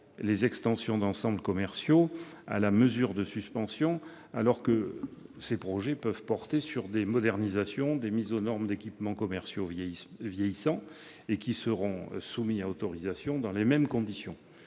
les extensions d'ensembles commerciaux à la mesure de suspension, alors que ces projets peuvent porter sur des modernisations, des mises aux normes d'équipements commerciaux vieillissants. Ces opérations seront soumises à autorisation dans les mêmes conditions